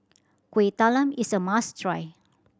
Kueh Talam is a must try